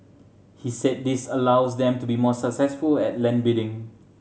he said this allows them to be more successful at land bidding